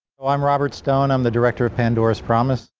ah i'm robert stone i'm the director of pandora's promise.